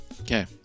Okay